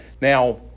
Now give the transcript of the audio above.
Now